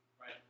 Right